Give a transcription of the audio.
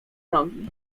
nogi